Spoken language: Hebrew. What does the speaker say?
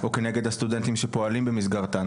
או כנגד הסטודנטים שפועלים במסגרתה,